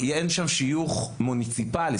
אין שם שיוך מוניציפלי,